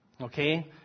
okay